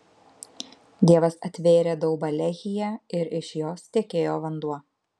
dievas atvėrė daubą lehyje ir iš jos tekėjo vanduo